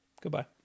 Goodbye